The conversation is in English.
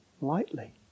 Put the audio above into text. lightly